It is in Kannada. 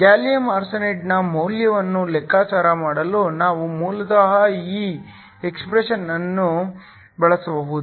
ಗ್ಯಾಲಿಯಂ ಆರ್ಸೆನೈಡ್ನ ಮೌಲ್ಯವನ್ನು ಲೆಕ್ಕಾಚಾರ ಮಾಡಲು ನಾವು ಮೂಲತಃ ಈ ಎಕ್ಸ್ಪ್ರೆಶನ್ ಅನ್ನು ಬಳಸಬಹುದು